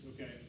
okay